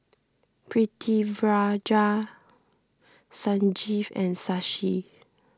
Pritiviraj Sanjeev and Shashi